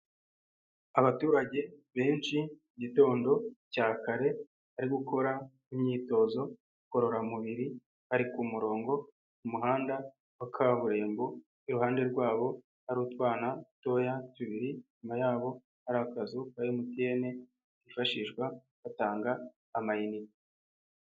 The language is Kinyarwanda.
Abaturage benshi mu gitondo cya kare bari gukoraimyitozo ngororamubiri bari ku murongo ku muhanda wa kaburimbo, iruhande rwabo hari utwana dutoya tubiri, inyuma yabo hari akazu ka mtn kifashishwa batanga amayinite.